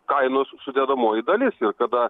kainos sudedamoji dalis ir kada